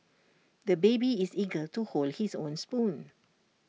the baby is eager to hold his own spoon